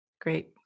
Great